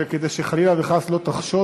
וכדי שחלילה וחס לא תחשוד,